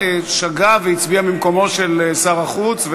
שגה והצביע במקומו של שר החוץ,